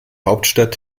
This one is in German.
hauptstadt